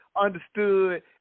understood